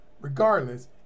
Regardless